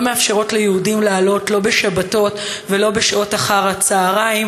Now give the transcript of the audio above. לא מאפשרות ליהודים לעלות לא בשבתות ולא בשעות אחר-הצהריים,